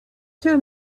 two